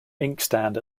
inkstand